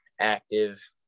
active